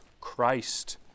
Christ